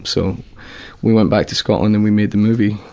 so we went back to scotland, and we made the movie.